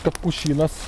kad pušynas